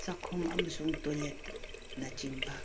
ꯆꯥꯛꯈꯨꯝ ꯑꯃꯁꯨꯡ ꯇꯣꯏꯂꯦꯠꯅꯆꯤꯡꯕ